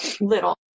little